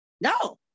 no